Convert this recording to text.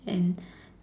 and